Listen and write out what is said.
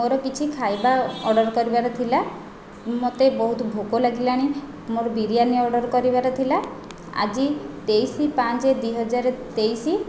ମୋ'ର କିଛି ଖାଇବା ଅର୍ଡ଼ର କରିବାର ଥିଲା ମୋତେ ବହୁତ ଭୋକ ଲାଗିଲାଣି ମୋ'ର ବିରିୟାନୀ ଅର୍ଡ଼ର କରିବାର ଥିଲା ଆଜି ତେଇଶ ପାଞ୍ଚ ଦୁଇହଜାର ତେଇଶ